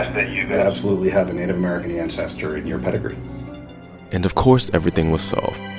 that you absolutely have a native american ancestor in your pedigree and, of course, everything was solved